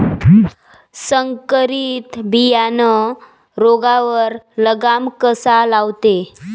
संकरीत बियानं रोगावर लगाम कसा लावते?